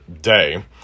day